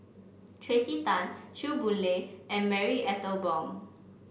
Tracey Tan Chew Boon Lay and Marie Ethel Bong